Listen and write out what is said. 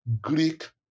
Greek